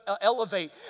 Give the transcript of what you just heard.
elevate